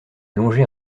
longer